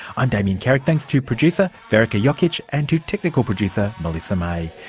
i'm damien carrick, thanks to producer verica jokic and to technical producer melissa may.